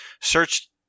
Search